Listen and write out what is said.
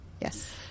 Yes